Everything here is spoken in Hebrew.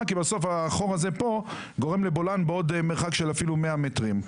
כשבסוף החור הזה פה גורם לבולען במרחק של אפילו עוד 100 מטרים.